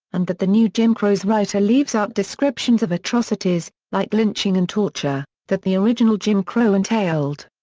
and that the new jim crow's writer leaves out descriptions of atrocities, like lynching and torture, that the original jim crow entailed.